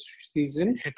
season